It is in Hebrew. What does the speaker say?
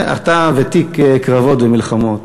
ואתה ותיק קרבות ומלחמות,